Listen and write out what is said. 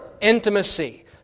intimacy